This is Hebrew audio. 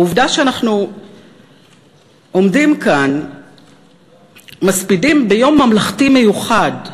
העובדה שאנחנו עומדים כאן ומספידים ביום ממלכתי מיוחד,